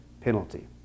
penalty